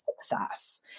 success